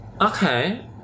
Okay